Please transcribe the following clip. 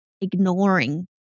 ignoring